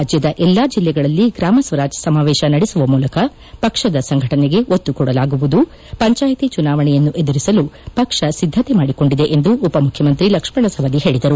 ರಾಜ್ಯದ ಎಲ್ಲಾ ಜಿಲ್ಲೆಗಳಲ್ಲಿ ಗ್ರಾಮ ಸ್ವರಾಜ್ ಸಮಾವೇಶ ನಡೆಸುವ ಮೂಲಕ ಪಕ್ಷದ ಸಂಘಟನೆಗೆ ಒತ್ತು ಕೊಡಲಾಗುವುದು ಪಂಚಾಯಿತಿ ಚುನಾವಣೆಯನ್ನು ಎದುರಿಸಲು ಪಕ್ಷ ಸಿದ್ದತೆ ಮಾಡಿಕೊಂಡಿದೆ ಎಂದು ಉಪಮುಖ್ಯಮಂತ್ರಿ ಲಕ್ಷ್ಮಣ ಸವದಿ ಹೇಳಿದರು